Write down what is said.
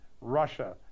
Russia